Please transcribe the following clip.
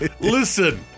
Listen